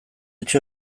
etxe